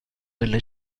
delle